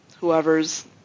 whoever's